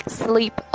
sleep